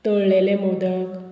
तळलेले मोदक